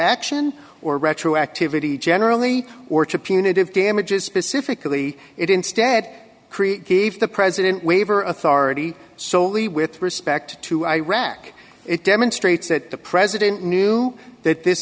action or retroactivity generally or to punitive damages specifically it instead create gave the president waiver authority solely with respect to iraq it demonstrates that the president knew that this